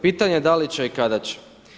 Pitanje je da li će i kada će.